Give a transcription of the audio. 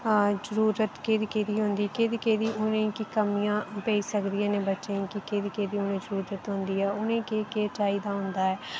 जरूरत केह्दी केह्दी हुंदी केह्दी केह्दी उ'नेंगी कमियां पेई सकदी आं न बच्चें गी केह्दी केह्दी उनेंगी जरूरत होंदी ऐ उनेंगी केह् केह् चाहिदा होंदा ऐ